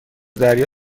دریا